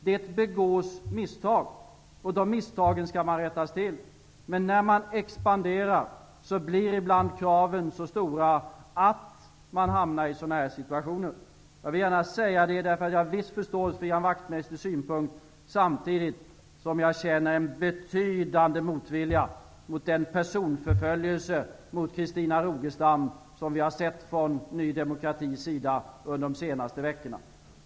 Det begås misstag, och de misstagen skall rättas till. När en verksamhet expanderar blir kraven ibland så stora att man hamnar i sådana här situationer. Jag vill gärna säga det, därför att jag har viss förståelse för Ian Wachtmeisters synpunkt, samtidigt som jag känner en betydande motvilja mot den personförföljelse mot Christina Rogestam som vi har sett från Ny demokratis sida under de senaste veckorna.